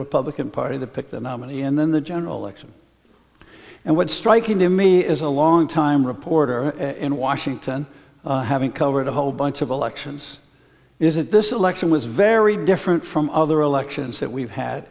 republican party the pick the nominee and then the general election and what's striking to me is a longtime reporter in washington having covered a whole bunch of elections is that this election was very different from other elections that we've had